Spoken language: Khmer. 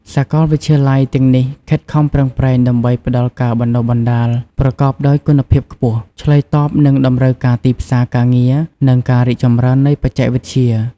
សាកលវិទ្យាល័យទាំងនេះខិតខំប្រឹងប្រែងដើម្បីផ្តល់ការបណ្តុះបណ្តាលប្រកបដោយគុណភាពខ្ពស់ ឆ្លើយតបនឹងតម្រូវការទីផ្សារការងារ និងការរីកចម្រើននៃបច្ចេកវិទ្យា។